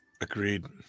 Agreed